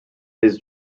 his